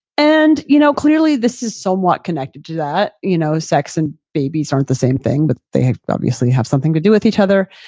and you know clearly this is somewhat connected to that. you know sex and babies aren't the same thing but they obviously have something to do with each other.